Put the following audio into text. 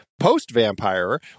post-vampire